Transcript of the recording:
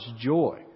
joy